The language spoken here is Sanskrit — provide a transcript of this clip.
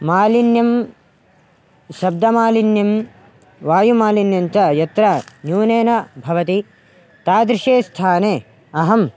मालिन्यं शब्दमालिन्यं वायुमालिन्यञ्च यत्र न्यूनेन भवति तादृशे स्थाने अहं